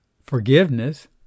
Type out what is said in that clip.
forgiveness